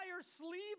sleeve